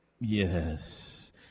Yes